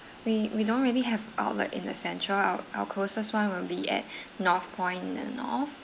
we we don't really have outlet in the central our our closest one will be at north point and off